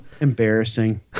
Embarrassing